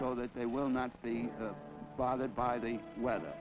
so that they will not be bothered by the weather